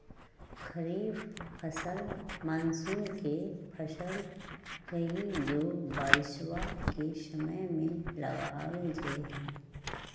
खरीफ फसल मॉनसून के फसल हई जो बारिशवा के समय में लगावल जाहई